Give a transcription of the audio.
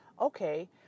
okay